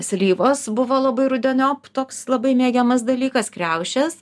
slyvos buvo labai rudeniop toks labai mėgiamas dalykas kriaušės